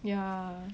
ya